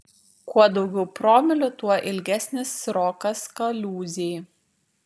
kuo daugiau promilių tuo ilgesnis srokas kaliūzėj